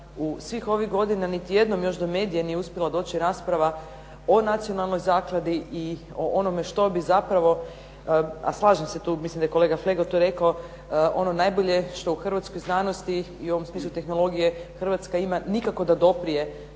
svih ovih godina niti jednom još do medija nije uspjela doći rasprava o nacionalnoj zakladi i o onome što bi zapravo, a slažem se tu, mislim da je kolega Flego to rekao ono najbolje što u hrvatskoj znanosti i u ovom smislu tehnologije Hrvatska ima nikako da dopre